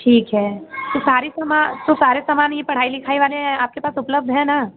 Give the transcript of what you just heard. ठीक है तो सारे समा तो सारे समान यह पढ़ाई लिखाई वाले है आपके पास उपलब्ध हैं ना